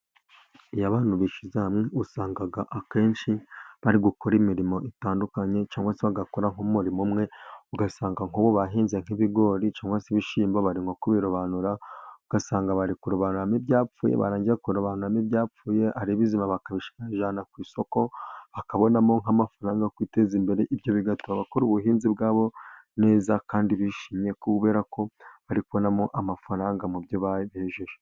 Iyo abantu bishyize hamwe usanga akenshi bari gukora imirimo itandukanye, cyangwa se bagakora nk'umurimo umwe ugasanga nk'ubu bahinze nk'ibigori cyangwa se ibishyimbo barimo kubirobanura, ugasanga bari kurobanuramo ibyapfuye barangiza kurobanuramo ibyapfuye, hari ibizima bakabijyana ku isoko bakabonamo amafaranga yo kwiteza imbere, ibyo bigatuma bakora ubuhinzi bwabo neza kandi bishimye, kubera ko bari kubonamo amafaranga mu byo bejeje.